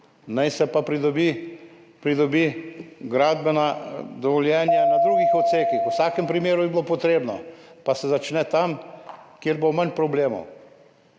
Naj se pridobi gradbena dovoljenja na drugih odsekih, v vsakem primeru jih bo treba, pa se začne tam, kjer bo manj problemov.